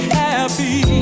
happy